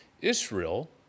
Israel